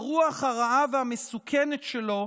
הרוח הרעה והמסוכנת שלו,